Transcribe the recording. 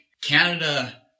Canada